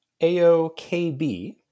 AOKB